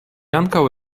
ankaŭ